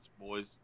boys